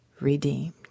redeemed